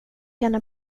henne